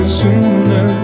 sooner